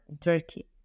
Turkey